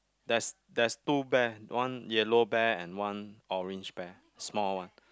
there's there's no bear one yellow bear and one orange bear small one